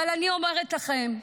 אבל אני אומרת לכם: